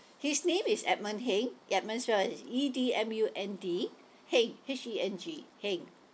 his name is edmund heng edmund sure it's E D M U N D heng H E N G heng